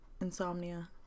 insomnia